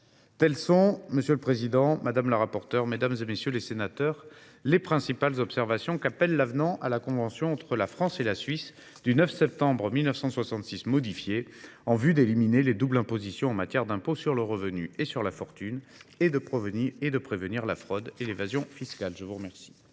Telles sont, monsieur le président, madame la rapporteure, mesdames, messieurs les sénateurs, les principales observations qu’appelle l’avenant à la convention entre la France et la Suisse du 9 septembre 1966 modifiée, en vue d’éliminer les doubles impositions en matière d’impôts sur le revenu et sur la fortune, et de prévenir la fraude et l’évasion fiscales. La parole